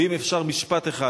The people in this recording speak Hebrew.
ואם אפשר משפט אחד,